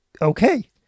Okay